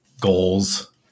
goals